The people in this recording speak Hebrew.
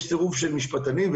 יש סירוב של משפטנים,